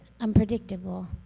unpredictable